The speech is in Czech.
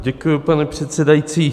Děkuji, pane předsedající.